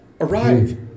Arrive